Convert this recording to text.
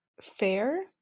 fair